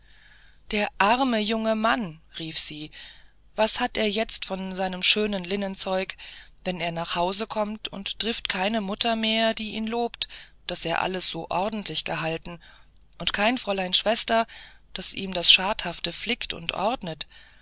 der arme junge herr rief sie was hat er jetzt von seinem schönen linnenzeug wenn er nach haus kommt und trifft keine mutter mehr die ihn lobt daß er alles so ordentlich gehalten und keine fräulein schwester die ihm das schadhafte flickt und ordnet